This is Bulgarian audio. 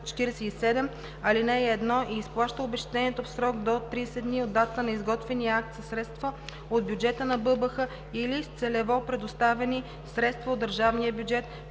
ал. 1 и изплаща обезщетението в срок до 30 дни от датата на изготвения акт със средства от бюджета на БАБХ или с целево предоставени средства от държавния бюджет;